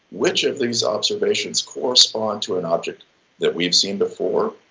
which of these observations correspond to an object that we've seen before?